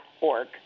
org